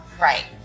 Right